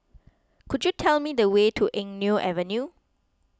could you tell me the way to Eng Neo Avenue